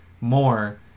more